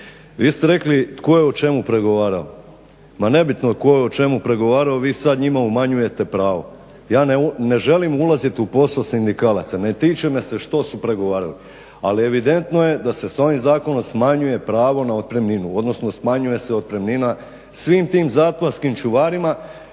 Vi ste rekli tko je o čemu pregovarao, ma nebitno tko je o čemu pregovarao, vi sad njima umanjujete pravo. Ja ne želim ulazit u posao sindikalaca, ne tiče me se što su pregovarali, ali evidentno je da se s ovim zakonom smanjuje pravo na otpremninu odnosno smanjuje se otpremnina svim tim zakonskim čuvarima